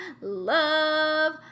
Love